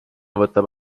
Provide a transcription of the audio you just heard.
võtab